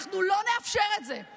אנחנו לא נאפשר את זה.